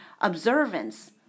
observance